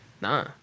Nah